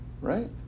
right